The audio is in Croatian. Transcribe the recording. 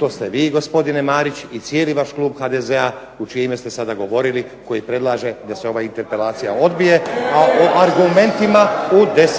to ste vi gospodine Marić i cijeli vaš klub HDZ-a u čije ime ste sada govorili, koji predlaže da se ova interpelacija odbije… …/Govornici govore u glas,